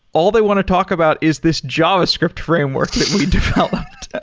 all they want to talk about is this javascript framework that we developed,